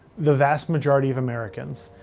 the vast majority of americans,